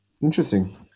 Interesting